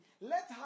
Let